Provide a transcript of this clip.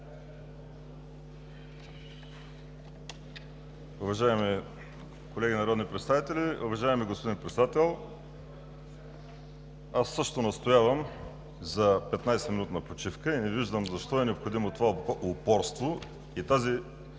Уважаеми колеги народни представители, уважаеми господин Председател! Аз също настоявам за 15-минутна почивка и не виждам защо е необходимо това упорство,